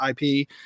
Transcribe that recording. IP